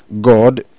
God